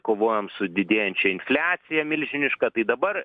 kovojom su didėjančia infliacija milžiniška tai dabar